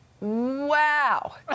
Wow